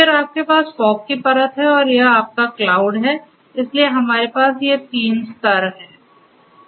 फिर आपके पास फॉग की परत है और यह आपका क्लाउड है इसलिए हमारे पास ये 3 स्तर हैं